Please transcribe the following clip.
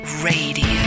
radio